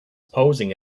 posing